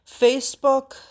Facebook